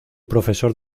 profesor